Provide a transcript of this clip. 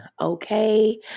Okay